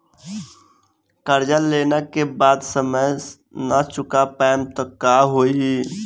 कर्जा लेला के बाद समय से ना चुका पाएम त का होई?